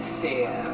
fear